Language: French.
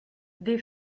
des